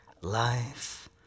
life